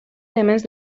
elements